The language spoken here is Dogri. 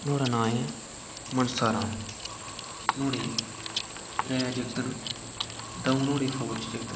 नोआड़ा नांऽ ऐ मनसा राम नोआडे़ त्रै जागत ने दो नोआडे़ फौज च जागत न